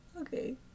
Okay